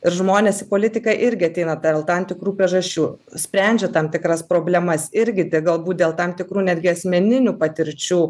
ir žmonės į politiką irgi ateina dėl tam tikrų priežasčių sprendžia tam tikras problemas irgi galbūt dėl tam tikrų netgi asmeninių patirčių